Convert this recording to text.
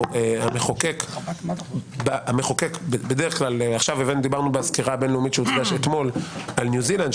המחוקק דיברנו בסקירה הבין-לאומית שהוצגה אתמול על ניו זילנד,